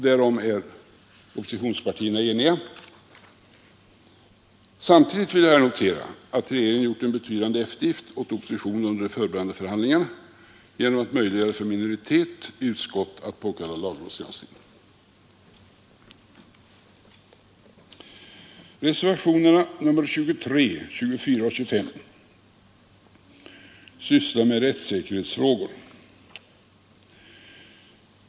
Därom är oppositionspartierna eniga. Samtidigt vill jag notera att regeringen har gjort en betydande eftergift åt oppositionen under de förberedande förhandlingarna genom att möjliggöra för en minoritet i utskott att påkalla lagrådets granskning. Reservationerna 23, 24 och 25 handlar om rättssäkerhetsfrågor.